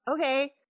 Okay